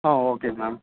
ah okay ma'am